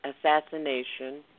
assassination